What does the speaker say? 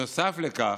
נוסף לכך,